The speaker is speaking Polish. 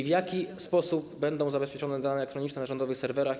W jaki sposób będą zabezpieczone dane elektroniczne na rządowych serwerach?